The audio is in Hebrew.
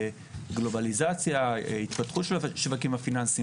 גלובליזציה - התפתחות של השווקים הפיננסיים.